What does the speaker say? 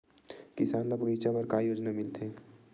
किसान ल बगीचा बर का योजना मिलथे?